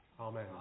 Amen